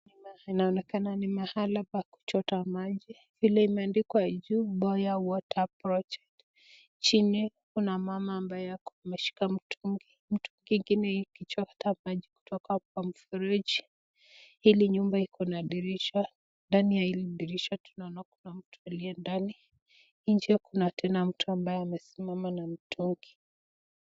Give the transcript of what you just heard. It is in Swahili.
Inaonekana ni mahali pa kuchota maji ile imeandikwa juu boya water project , chini kuna mama ambaye ameshika mtungi, mtungi ingine ikichota maji hapo kwa mfereji, hili nyumba iko na dirisha ndani ya hili dirisha tunaona kuna mtu aliye ndani, nje kuna mtu ambaye amesimama na mtungi.